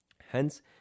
Hence